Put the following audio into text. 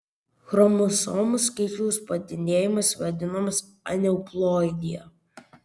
chromosomų skaičiaus padidėjimas vadinamas aneuploidija